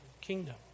kingdom